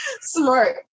smart